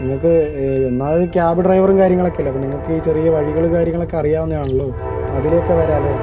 നിങ്ങൾക്ക് ഒന്നാമത് ക്യാബ് ഡ്രൈവറും കാര്യങ്ങളൊക്കെ അല്ലേ നിങ്ങൾക്ക് ചെറിയ വഴികളും കാര്യങ്ങളും ഒക്കെ അറിയാവുന്നതാണല്ലോ അപ്പോൾ അതിലെ ഒക്കെ വരാമല്ലൊ